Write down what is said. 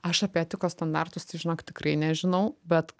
aš apie etikos standartus tai žinokit tikrai nežinau bet